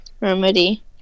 remedy